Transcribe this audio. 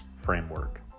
framework